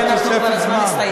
כי הזמן כבר הסתיים.